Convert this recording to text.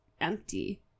empty